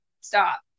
stop